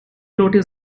notice